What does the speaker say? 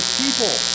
people